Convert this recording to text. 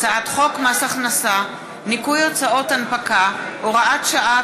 הצעת חוק מס הכנסה (ניכוי הוצאות הנפקה) (הוראת שעה),